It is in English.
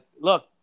look